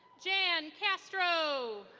jan castro.